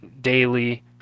daily